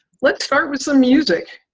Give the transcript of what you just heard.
let's start with some music.